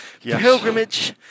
pilgrimage